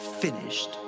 finished